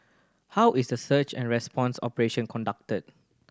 how is the search and response operation conducted